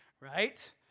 right